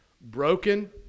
broken